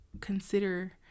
consider